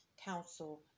Council